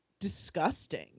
disgusting